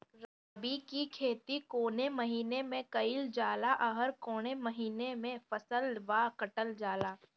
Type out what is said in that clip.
रबी की खेती कौने महिने में कइल जाला अउर कौन् महीना में फसलवा कटल जाला?